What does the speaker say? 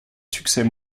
succès